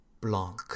Blanc